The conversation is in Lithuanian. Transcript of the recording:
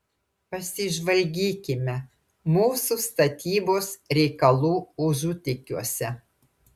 pasižvalgykime mūsų statybos reikalų užutėkiuose